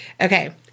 Okay